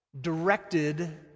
directed